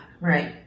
Right